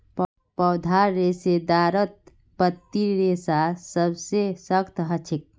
पौधार रेशेदारत पत्तीर रेशा सबसे सख्त ह छेक